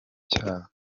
cyabo